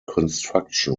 construction